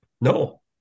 No